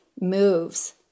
moves